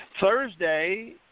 Thursday